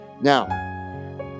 Now